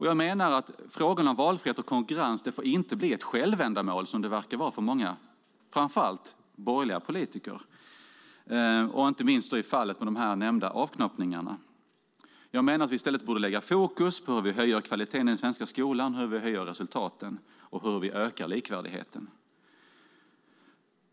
Jag menar att frågan om valfrihet och konkurrens inte får bli ett självändamål, vilket det verkar vara för många framför allt borgerliga politiker - inte minst i fallet med de nämnda avknoppningarna. Jag menar att vi i stället borde lägga fokus på hur vi höjer kvaliteten i den svenska skolan, hur vi höjer resultaten och hur vi ökar likvärdigheten.